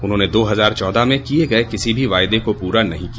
उन्होंने दो हजार चौदह में किये गये किसी भी वायदे को पूरा नहीं किया